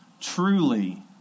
Truly